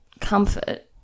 comfort